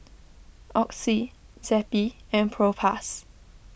Oxy Zappy and Propass